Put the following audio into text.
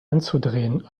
anzudrehen